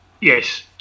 Yes